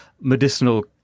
medicinal